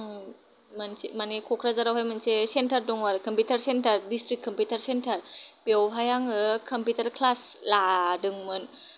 आं मोनसे मानि क'क्राझारावहाय मोनसे सेन्थार दं आरो कम्पिउटार सेन्थार द्रिष्टिक कमपिउटार सेन्थार बेवहाय आङो कम्पिउटार क्लास लादोंमोन